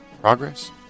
Progress